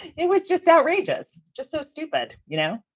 it was just outrageous. just so stupid, you know,